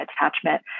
attachment